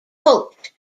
hoped